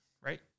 right